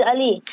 Ali